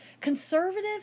conservative